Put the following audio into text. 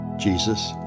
Jesus